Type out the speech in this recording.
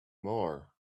more